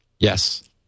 Yes